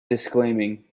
disclaiming